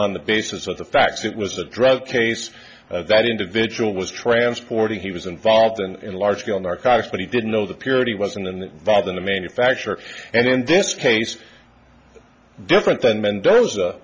on the basis of the facts it was a drug case that individual was transporting he was involved and largely on narcotics but he didn't know the purity was in the valve in the manufacture and in this case different than mendoza